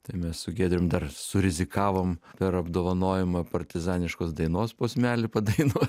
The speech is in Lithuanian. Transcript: tai mes su giedrium dar surizikavom per apdovanojimą partizaniškos dainos posmelį padainuot